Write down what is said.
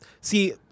See